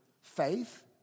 faith